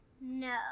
no